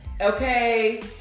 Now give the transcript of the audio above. Okay